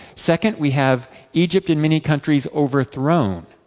second, we have egypt, and many countries, overthrown.